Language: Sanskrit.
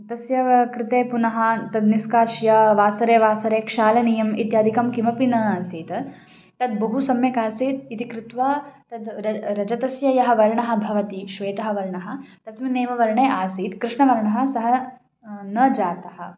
तस्य कृते पुनः तद् निष्कास्य वासरे वासरे क्षालनीयम् इत्यादिकं किमपि न आसीत् तद् बहु सम्यक् आसीत् इति कृत्वा तद् रजतः रजतस्य यः वर्णः भवति श्वेतः वर्णः तस्मिन् एव वर्णे आसीत् कृष्णवर्णः सः न जातः